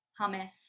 hummus